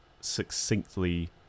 succinctly